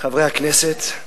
חברי הכנסת,